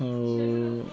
ଆଉ